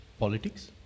politics